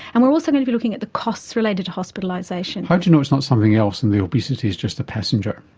and we are also going to be looking at the costs related to hospitalisation. how do you know it's not something else and the obesity is just a passenger?